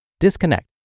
Disconnect